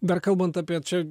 dar kalbant apie čia